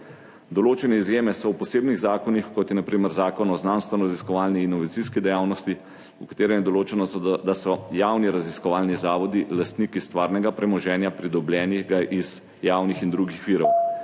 Določene izjeme so v posebnih zakonih, kot je na primer Zakon o znanstvenoraziskovalni in inovacijski dejavnosti, v katerem je določeno, da so javni raziskovalni zavodi lastniki stvarnega premoženja, pridobljenega iz javnih in drugih virov.